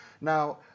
Now